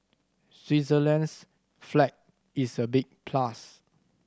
Switzerland's flag is a big plus